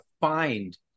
find